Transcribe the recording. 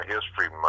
History